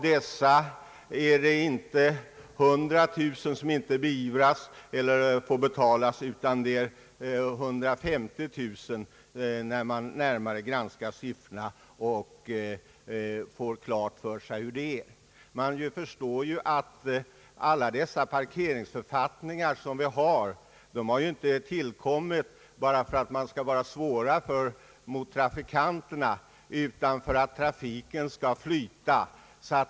Det är inte 100 000 av dessa som slipper betala böter, utan det är 150 000, vilket man finner vid en närmare granskning av siffrorna. Våra parkeringsförfattningar har ju inte tillkommit för att göra det besvärligt för trafikanterna, utan de är till för att trafiken skall flyta.